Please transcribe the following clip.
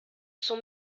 son